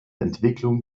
entwicklung